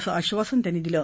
असं आक्वासन त्यांनी दिलं